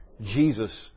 Jesus